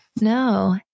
No